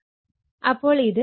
അപ്പോൾ ഇത് 2 Vp 30o